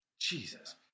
Jesus